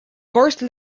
course